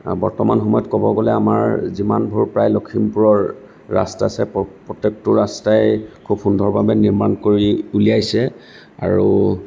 বৰ্তমান সময়ত ক'ব গ'লে আমাৰ যিমানবোৰ প্ৰায় লখিমপুৰৰ ৰাস্তা আছে প্ৰ প্ৰত্যেকটো ৰাস্তাই খুব সুন্দৰভাৱে নিৰ্মাণ কৰি উলিয়াইছে আৰু